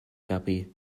guppy